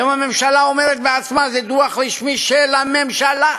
היום הממשלה אומרת בעצמה, זה דוח רשמי של הממשלה.